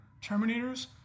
terminators